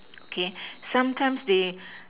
okay sometimes they